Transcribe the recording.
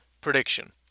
prediction